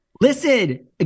Listen